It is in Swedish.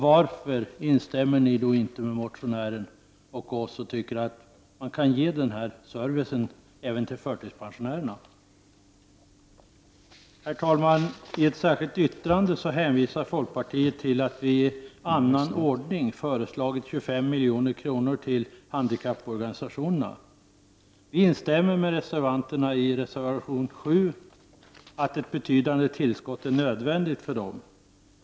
Varför instämmer ni inte med motionären och oss i att man kan ge denna service även till förtidspensionärer? Herr talman! I ett särskilt yttrande hänvisar folkpartiet till att vi i annan ordning föreslagit 25 milj.kr. till handikapporganisationerna. Vi instämmer med dem som undertecknat reservation 7, att ett betydande tillskott är nödvändigt för dem.